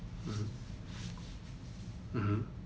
mmhmm mmhmm